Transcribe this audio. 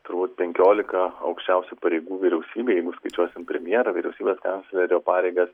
turbūt penkiolika aukščiausių pareigų vyriausybėj jeigu skaičiuosim premjerą vyriausybės kanclerio pareigas